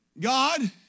God